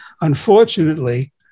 Unfortunately